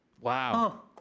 Wow